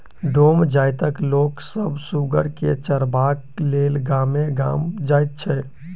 डोम जाइतक लोक सभ सुगर के चरयबाक लेल गामे गाम जाइत छै